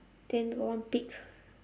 then got one pig